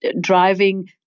driving